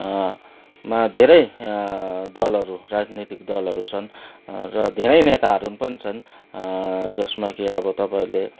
मा धेरै दलहरू राजनैतिक दलहरू छन् र धेरै नेताहरू पनि जसमा कि अब तपाईँले